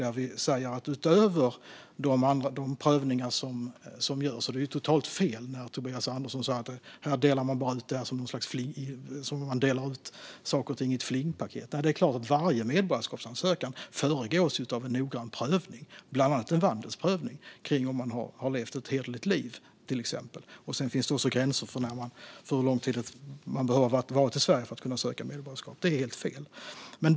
Det är helt fel när Tobias Andersson säger att man bara delar ut svenska medborgarskap som man delar ut saker och ting i ett flingpaket. Varje medborgarskapsansökan föregås av en noggrann prövning, bland annat en vandelsprövning av om man har levt ett hederligt liv. Sedan finns det också gränser för hur lång tid man behöver ha varit i Sverige för att kunna söka medborgarskap. Det som Tobias Andersson säger är alltså helt fel.